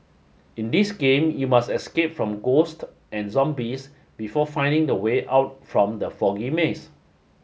in this game you must escape from ghost and zombies before finding the way out from the foggy maze